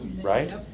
Right